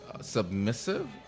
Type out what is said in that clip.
Submissive